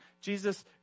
Jesus